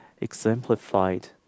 exemplified